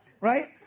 right